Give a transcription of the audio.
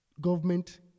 Government